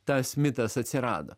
tas mitas atsirado